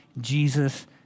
Jesus